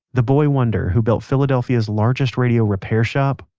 the boy wonder who built philadelphia's largest radio repair shop,